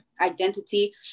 identity